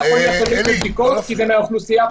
זה לא יכול להיות תלוי בבדיקות כי זה מהאוכלוסייה כולה.